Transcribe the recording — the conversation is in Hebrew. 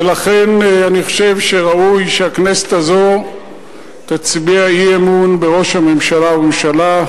ולכן אני חושב שראוי שהכנסת הזאת תצביע אי-אמון בראש הממשלה ובממשלה.